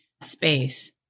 space